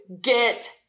Get